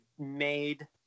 made